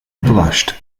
blushed